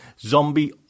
zombie